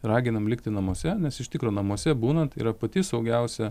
raginam likti namuose nes iš tikro namuose būnant yra pati saugiausia